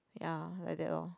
ya like that lor